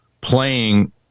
playing